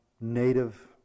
native